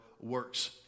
works